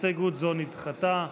הסתייגות זו נדחתה.